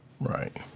Right